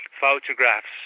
photographs